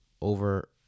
over